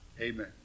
Amen